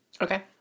okay